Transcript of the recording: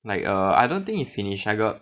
like err I don't think he finish I got